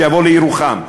שיבוא לירוחם.